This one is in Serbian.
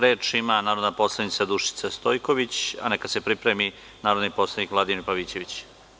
Reč ima narodna poslanica Dušica Stojković, a neka se pripremi narodni poslanik Vladimir Pavićević.